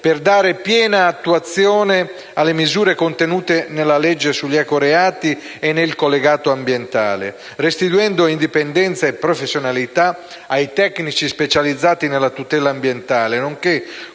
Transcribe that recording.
per dare piena attuazione alle misure contenute nella legge sugli ecoreati e nel collegato ambiente, restituendo indipendenza e professionalità ai tecnici specializzati nella tutela ambientale, nonché